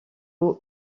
haut